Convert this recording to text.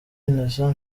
innocent